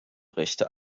rechte